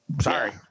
Sorry